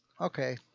Okay